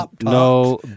no